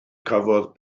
cafodd